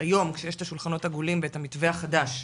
היום כשיש את השולחנות העגולים ואת המתווה החדש,